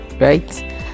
right